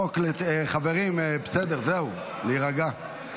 חברים, בסדר, זהו, להירגע.